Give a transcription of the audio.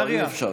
לא, אי-אפשר.